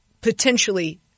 potentially